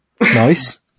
Nice